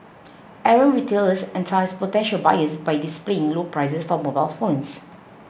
errant retailers entice potential buyers by displaying low prices for mobile phones